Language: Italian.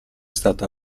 stata